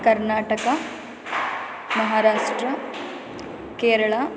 Karnataka Maharashtra Kerala